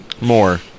More